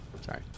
Sorry